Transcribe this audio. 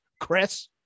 chris